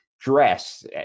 dress